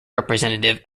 representative